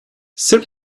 sırp